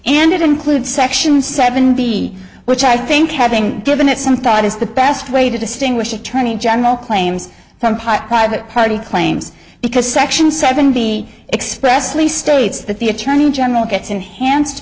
it includes section seven b which i think having given it some thought is the best way to distinguish attorney general claims from pot private property claims because section seventy express lee states that the attorney general gets enhanced